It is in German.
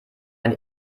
ein